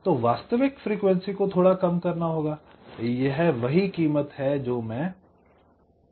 तो वास्तविक फ्रीक्वेंसी को थोड़ा कम करना होगा यही वह कीमत है जो मैं चुका रहा हूं